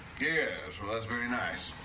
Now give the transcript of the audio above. yes, well, that's very nice.